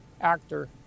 Actor